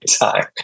time